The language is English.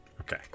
Okay